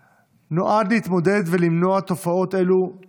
נועד להתמודד עם תופעות אלו ולמנוע אותן,